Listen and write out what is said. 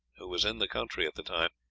who was in the country at the time,